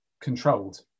controlled